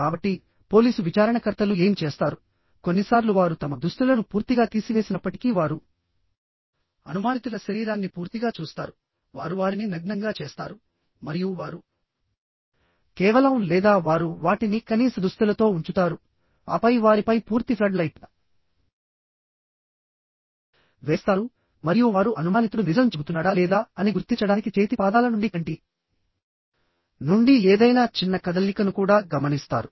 కాబట్టి పోలీసు విచారణకర్తలు ఏమి చేస్తారు కొన్నిసార్లు వారు తమ దుస్తులను పూర్తిగా తీసివేసినప్పటికీ వారు అనుమానితుల శరీరాన్ని పూర్తిగా చూస్తారు వారు వారిని నగ్నంగా చేస్తారు మరియు వారు కేవలం లేదా వారు వాటిని కనీస దుస్తులతో ఉంచుతారు ఆపై వారిపై పూర్తి ఫ్లడ్ లైట్ వేస్తారు మరియు వారు అనుమానితుడు నిజం చెబుతున్నాడా లేదా అని గుర్తించడానికి చేతి పాదాల నుండి కంటి నుండి ఏదైనా చిన్న కదలికను కూడా గమనిస్తారు